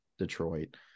Detroit